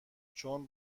چون